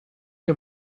che